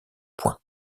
points